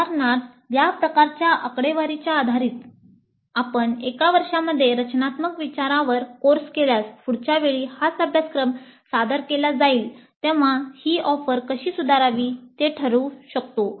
उदाहरणार्थ या प्रकारच्या आकडेवारीवर आधारित आपण एका वर्षामध्ये रचनात्मक विचारांवर कोर्स केल्यास पुढच्या वेळी हाच अभ्यासक्रम सादर केला जाईल तेव्हा ही ऑफर कशी सुधारावी ते ठरवू शकतो